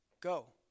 Go